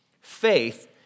faith